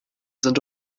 sind